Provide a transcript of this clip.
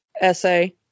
essay